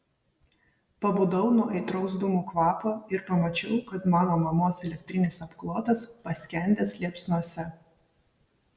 pabudau nuo aitraus dūmų kvapo ir pamačiau kad mano mamos elektrinis apklotas paskendęs liepsnose